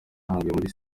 muri